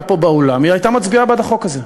פה באולם היא הייתה מצביעה בעד החוק הזה,